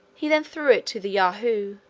he then threw it to the yahoo,